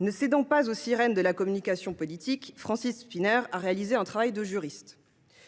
Ne cédant pas aux sirènes de la communication politique, Francis Szpiner a réalisé un travail de juriste.